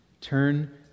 Turn